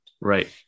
Right